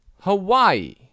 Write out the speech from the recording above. Hawaii